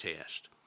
test